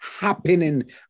happening